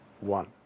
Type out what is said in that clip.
One